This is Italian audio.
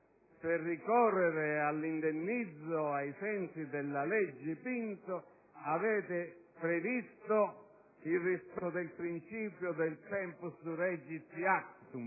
per ricorrere all'indennizzo, ai sensi della legge Pinto, avete previsto il rispetto del principio del *tempus regit actum*,